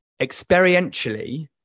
experientially